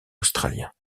australiens